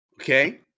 Okay